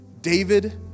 David